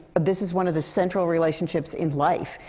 this is one of the central relationships in life.